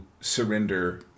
surrender